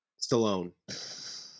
Stallone